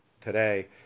today